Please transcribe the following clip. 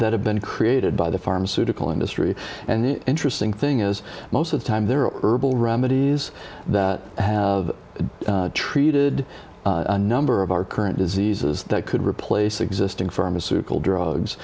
have been created by the pharmaceutical industry and the interesting thing is most of the time they're herbal remedies that have treated number of our current diseases that could replace existing pharmaceutical drugs